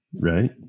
Right